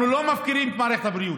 אנחנו לא מפקירים את מערכת הבריאות.